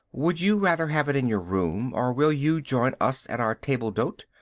would you rather have it in your room, or will you join us at our table d'hote?